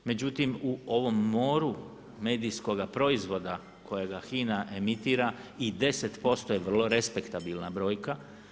Međutim, u ovom moru medijskoga proizvoda kojega HINA emitira i 10% je vrlo respektabilna brojka.